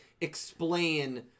explain